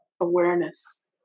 awareness